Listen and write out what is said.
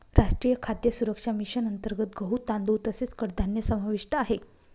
राष्ट्रीय खाद्य सुरक्षा मिशन अंतर्गत गहू, तांदूळ तसेच कडधान्य समाविष्ट आहे